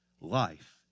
life